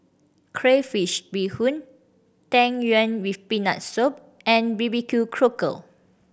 crayfish beehoon Tang Yuen with Peanut Soup and B B Q Cockle